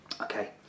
Okay